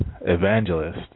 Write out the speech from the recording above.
evangelist